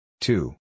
Two